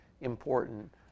important